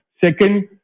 Second